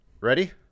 Ready